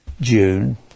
June